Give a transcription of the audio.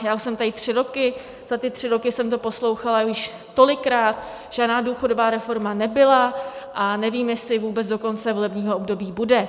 Já už jsem tady tři roky, za ty tři roky jsem to poslouchala už tolikrát, žádná důchodová reforma nebyla a nevím, jestli vůbec do konce volebního období bude.